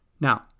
Now